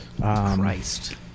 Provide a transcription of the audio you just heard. Christ